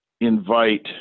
invite